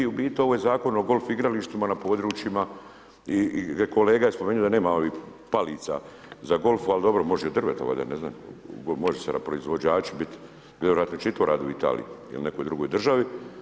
U biti ovo je zakon o golf igralištima na područjima i kolega je spomenuo da nema ovih palica za golf, ali dobro može od drveta valjda ne znam, može se na proizvođaču biti, vjerojatno će i to raditi u Italiji ili nekoj drugoj državi.